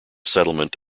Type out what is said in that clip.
settlement